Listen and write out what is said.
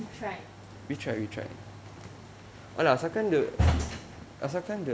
we tried